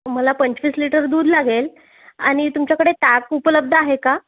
मला पंचवीस लिटर दूध लागेल आणि तुमच्याकडे ताक उपलब्ध आहे का